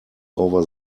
over